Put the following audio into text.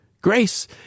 Grace